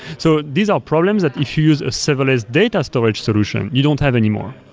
so these are problems that if you use a serverless data storage solution, you don't have anymore.